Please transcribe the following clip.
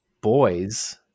boys